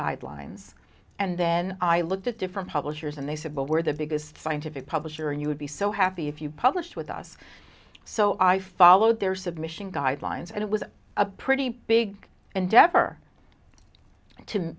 guidelines and then i looked at different publishers and they said well we're the biggest scientific publisher and you would be so happy if you publish with us so i followed their submission guidelines and it was a pretty big endeavor to